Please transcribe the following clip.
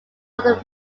other